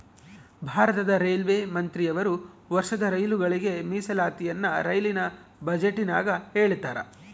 ಭಾರತದ ರೈಲ್ವೆ ಮಂತ್ರಿಯವರು ವರ್ಷದ ರೈಲುಗಳಿಗೆ ಮೀಸಲಾತಿಯನ್ನ ರೈಲಿನ ಬಜೆಟಿನಗ ಹೇಳ್ತಾರಾ